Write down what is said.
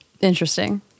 Interesting